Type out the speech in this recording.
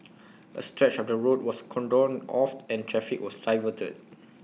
A stretch of the road was cordoned off and traffic was diverted